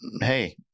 hey